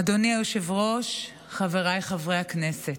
אדוני היושב-ראש, חבריי חברי הכנסת,